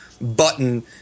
button